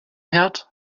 herd